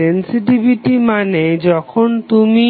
sensitivity মানে যখন তুমি